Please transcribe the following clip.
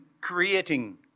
creating